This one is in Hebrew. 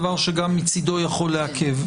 דבר שגם מצדו יכול לעכב.